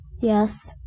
Yes